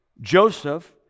Joseph